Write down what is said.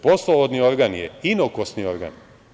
Poslovodni organ je inokosni organ.